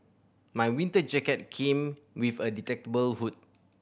my winter jacket came with a detachable hood